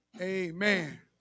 Amen